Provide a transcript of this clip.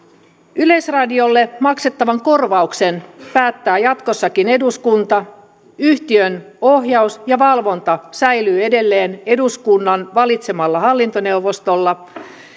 yleisradiolle maksettavan korvauksen päättää jatkossakin eduskunta yhtiön ohjaus ja valvonta säilyy edelleen eduskunnan valitsemalla hallintoneuvostolla